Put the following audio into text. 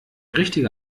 richtige